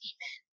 Amen